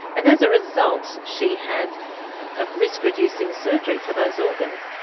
and as a result she had risk reducing surgery for those organs.